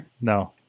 no